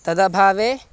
तदभावे